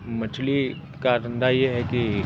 मछली का धंधा ये हैं कि